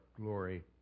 glory